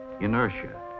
inertia